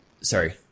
sorry